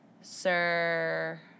Sir